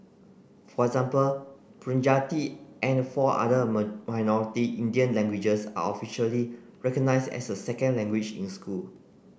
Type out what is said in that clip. for example Punjabi and four other minority Indian languages are officially recognised as a second language in school